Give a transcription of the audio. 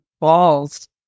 balls